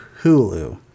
Hulu